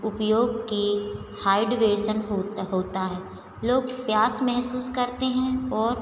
उपयोग के डीहाइड्रेशन होत होता है लोग प्यास महसूस करते हैं और